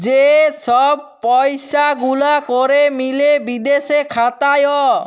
যে ছব পইসা গুলা ক্যরে মিলে বিদেশে খাতায়